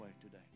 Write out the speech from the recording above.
today